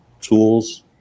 tools